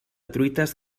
truites